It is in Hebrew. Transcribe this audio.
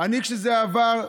כשזה עבר,